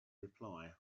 reply